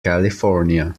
california